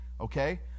Okay